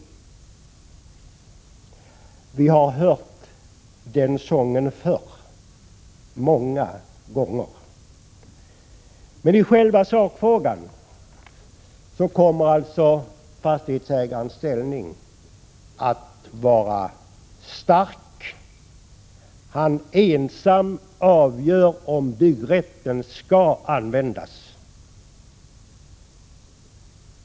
Vi har hört den sången förr, många gånger. Men i själva sakfrågan kommer fastighetsägarens ställning att vara stark. Han ensam avgör om byggrätten skall användas.